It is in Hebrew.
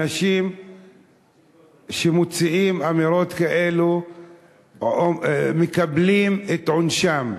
אנשים שמוציאים אמירות כאלה מקבלים את עונשם.